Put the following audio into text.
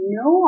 no